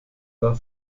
war